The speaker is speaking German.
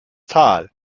tal